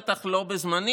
בטח לא בזמני,